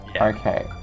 Okay